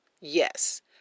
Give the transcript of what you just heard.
Yes